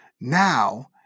now